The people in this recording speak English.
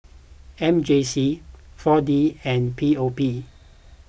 M J C four D and P O P